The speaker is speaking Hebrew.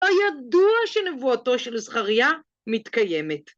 הידוע שנבואתו של זכריה מתקיימת.